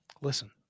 Listen